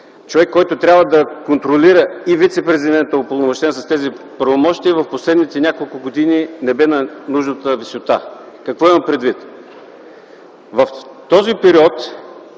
човек, който трябва да контролира и вицепрезидента, упълномощен с тези правомощия, в последните няколко години не бе на нужната висота. Какво имам предвид? В този период